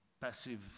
passive